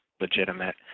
legitimate